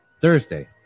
Thursday